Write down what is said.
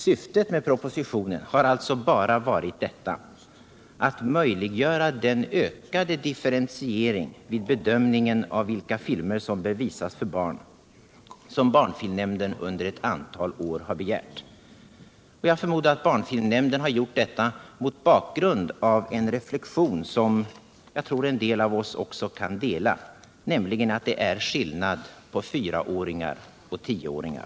Syftet med propositionen har alltså bara varit att möjliggöra den ökade differentiering vid bedömningen av vilka filmer som bör visas för barn som barnfilmnämnden under ett antal år har begärt. Jag förmodar att barnfilmnämnden har gjort detta mot bakgrund av en reflexion som jag tror en del av oss också kan göra, nämligen att det är skillnad på fyraåringar och tioåringar.